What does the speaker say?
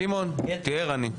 סימון, תהיה ערני.